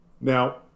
Now